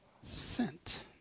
sent